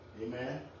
Amen